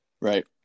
Right